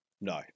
no